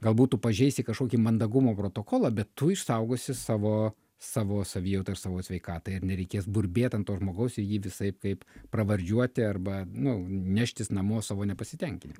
galbūt tu pažeisi kažkokį mandagumo protokolą bet tu išsaugosi savo savo savijautą ir savo sveikatą ir nereikės burbėt ant to žmogaus ir jį visaip kaip pravardžiuoti arba nu neštis namo savo nepasitenkinimą